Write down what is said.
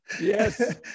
Yes